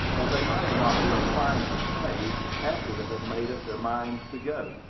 as they might not be inclined to stay after they had made up their minds to go.